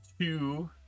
two